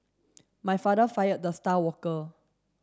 my father fired the star worker